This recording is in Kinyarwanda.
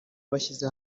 bashyize